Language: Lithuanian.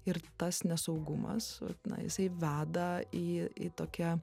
ir tas nesaugumas na jisai veda į į tokią